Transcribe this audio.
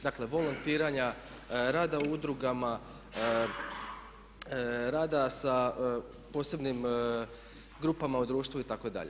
Dakle, volontiranja, rada u udrugama, rada sa posebnim grupama u društvu itd.